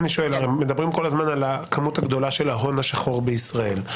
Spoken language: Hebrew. מדברים כל הזמן על הכמות הגדולה של ההון השחור בישראל.